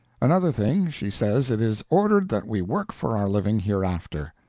another thing, she says it is ordered that we work for our living hereafter.